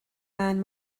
man